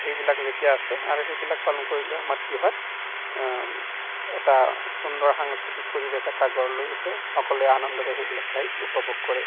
এইবিলাক যেতিয়া আছে আৰু সেইবিলাক পালন কৰিলেও আমাৰ কি হয় এটা সুন্দৰ সাংস্কৃতিক পৰিৱেশ এটা গঢ় লৈ উঠে অকলে আনন্দৰে সেইবিলাক ঠাই উপভোগ কৰে